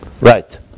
Right